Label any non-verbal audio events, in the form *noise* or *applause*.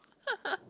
*laughs*